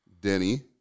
Denny